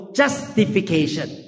justification